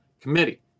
committee